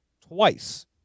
twice